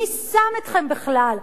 מי שם אתכם בכלל?